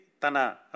Tana